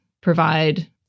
provide